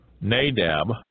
Nadab